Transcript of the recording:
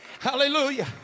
Hallelujah